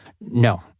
No